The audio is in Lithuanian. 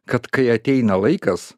kad kai ateina laikas